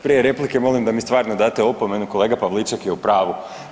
Prije replike molim da mi stvarno date opomenu, kolega Pavliček je u pravu.